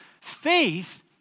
Faith